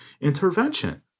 intervention